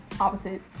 opposite